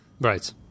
right